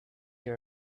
you